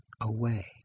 away